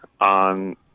on